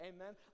Amen